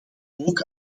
ook